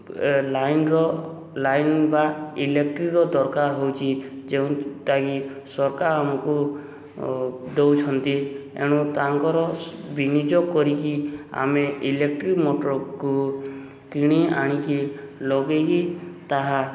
ଲାଇନ୍ର ଲାଇନ୍ ବା ଇଲେକ୍ଟ୍ରିର ଦରକାର ହେଉଛି ଯେଉଁଟାକି ସରକାର ଆମକୁ ଦେଉଛନ୍ତି ଏଣୁ ତାଙ୍କର ବିନିଯୋଗ କରିକି ଆମେ ଇଲେକ୍ଟ୍ରିକ୍ ମଟର୍କୁ କିଣି ଆଣିକି ଲଗାଇକି ତାହା